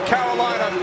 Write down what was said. Carolina